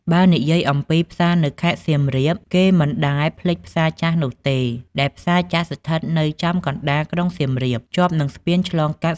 បើនិយាយអំពីផ្សារនៅខេត្តសៀមរាបគេមិនដែលភ្លេចផ្សារចាស់នោះទេ ដែលផ្សារចាស់ស្ថិតនៅចំកណ្តាលក្រុងសៀមរាប ជាប់នឹងស្ពានឆ្លងកាត់ស្ទឹងសៀមរាប និងមិនឆ្ងាយពីផាប់ស្ទ្រីតឡើយ។